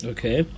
Okay